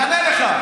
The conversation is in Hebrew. אני אענה לך.